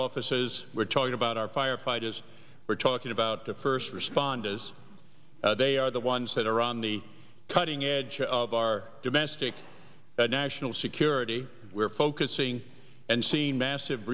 offices we're talking about our firefighters we're talking about the first responders they are the ones that are on the cutting edge of our domestic national security we're focusing and seeing massive